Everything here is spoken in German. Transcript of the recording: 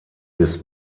bis